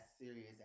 serious